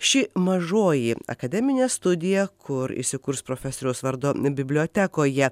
ši mažoji akademinė studija kur įsikurs profesoriaus vardo bibliotekoje